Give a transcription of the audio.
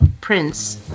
Prince